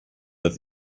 that